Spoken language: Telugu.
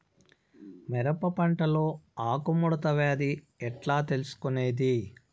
మిరప పంటలో ఆకు ముడత వ్యాధి ఎట్లా తెలుసుకొనేది?